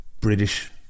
British